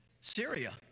Syria